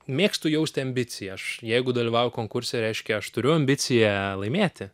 mėgstu jausti ambiciją aš jeigu dalyvauju konkurse reiškia aš turiu ambiciją laimėti